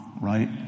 right